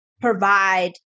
provide